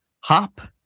Hop